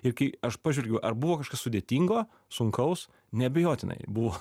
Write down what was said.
ir kai aš pažvelgiu ar buvo kažkas sudėtingo sunkaus neabejotinai buvo